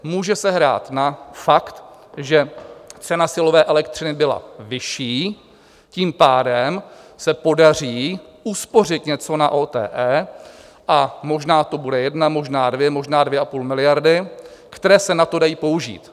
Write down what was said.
Může se hrát na fakt, že cena silové elektřiny byla vyšší, tím pádem se podaří uspořit něco na OTE, možná to bude jedna, možná dvě, možná 2,5 miliardy, které se na to dají použít.